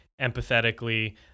empathetically